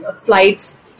flights